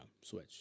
switch